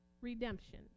redemption